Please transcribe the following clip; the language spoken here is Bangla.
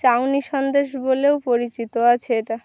চাউনি সন্দেশ বলেও পরিচিত আছে এটা